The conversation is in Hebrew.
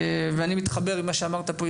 אני מתחבר עם מה שאמרת פה,